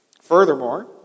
Furthermore